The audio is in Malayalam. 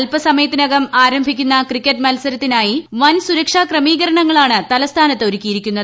അല്പസമയത്തിനകം ആരംഭിക്കുന്ന ക്രിക്കറ്റ് മത്സരത്തിനായി വൻ സുരക്ഷാ ക്രമീകരണങ്ങളാണ് തലസ്ഥാനത്ത് ഒരുക്കിയിരിക്കുന്നത്